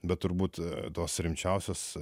bet turbūt tos rimčiausios